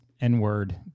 n-word